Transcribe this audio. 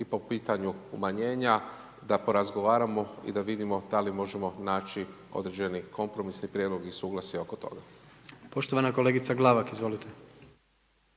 i po pitanju umanjenja, da porazgovaramo i da vidimo da li možemo naći određeni kompromis i prijedlog i suglasje oko toga. **Jandroković, Gordan (HDZ)**